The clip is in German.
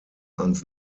ans